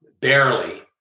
Barely